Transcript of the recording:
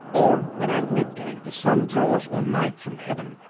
or when at mid-day the sun draws on night from heaven,